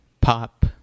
Pop